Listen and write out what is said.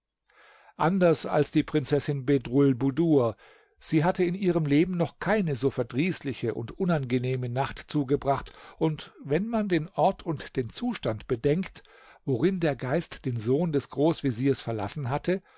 anders die prinzessin bedrulbudur sie hatte in ihrem leben noch keine so verdrießliche und unangenehme nacht zugebracht und wenn man den ort und den zustand bedenkt worin der geist den sohn des großveziers verlassen hatte